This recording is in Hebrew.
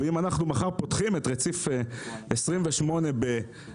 ואם אנחנו מחר פותחים את רציף 28 באשדוד,